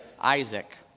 Isaac